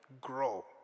grow